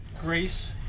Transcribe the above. grace